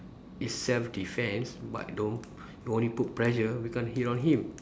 it's self defense but don't don't put pressure we can't hit on him